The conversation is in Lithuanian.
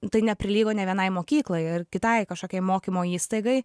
tai neprilygo nė vienai mokyklai ar kitai kažkokiai mokymo įstaigai